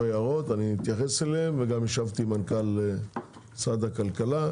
הערות ואני אתייחס אליהן וגם ישבתי עם מנכ"ל משרד הכלכלה,